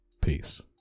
Peace